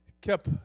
kept